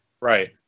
Right